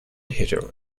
hitter